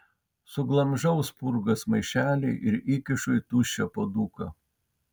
suglamžau spurgos maišelį ir įkišu į tuščią puoduką